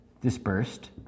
dispersed